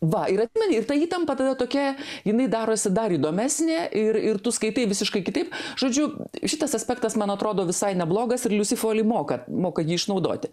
va ir atmeni ir ta įtampa tada tokia jinai darosi dar įdomesnė ir ir tu skaitai visiškai kitaip žodžiu šitas aspektas man atrodo visai neblogas ir liusi foli moka moka jį išnaudoti